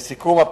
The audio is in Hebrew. לסיכום,